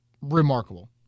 Remarkable